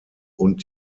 und